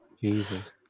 Jesus